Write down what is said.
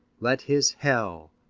let his hell,